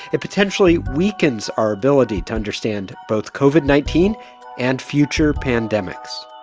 it potentially weakens our ability to understand both covid nineteen and future pandemics